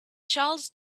charles